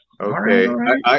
Okay